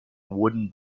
wooden